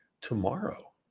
tomorrow